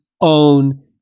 own